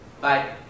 Bye